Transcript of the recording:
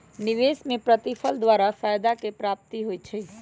निवेश में प्रतिफल द्वारा फयदा के प्राप्ति होइ छइ